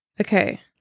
Okay